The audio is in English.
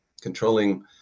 controlling